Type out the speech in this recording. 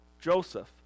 Joseph